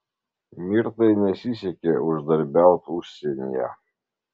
mirtai nesisekė uždarbiaut užsienyje